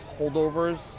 holdovers